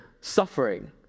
suffering